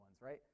right